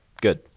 good